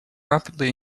rapidly